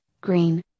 green